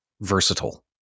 versatile